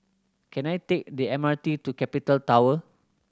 can I take the M R T to Capital Tower